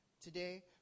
today